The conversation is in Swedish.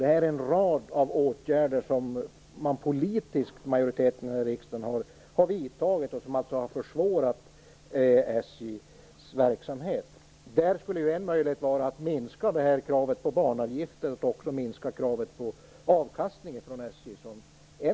Detta är en rad av åtgärder som majoriteten i riksdagen politiskt har vidtagit och som alltså har försvårat SJ:s verksamhet. En möjlighet skulle vara att minska kravet på banavgiften och kravet på avkastning från